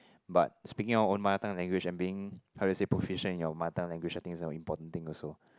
but speaking our own mother tongue language and being how to say proficient in your mother language I think is not important thing also